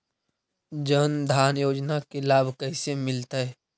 जन धान योजना के लाभ कैसे मिलतै?